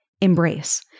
embrace